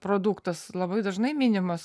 produktas labai dažnai minimas